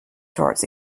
charts